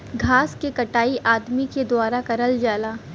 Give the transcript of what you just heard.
घास के कटाई अदमी के द्वारा करल जाला